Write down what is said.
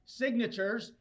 signatures